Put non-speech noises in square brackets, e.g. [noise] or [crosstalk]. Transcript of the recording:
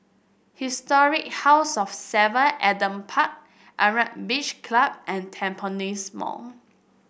Historic House of Seven Adam Park [unintelligible] Beach Club and Tampines Mall